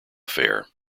affair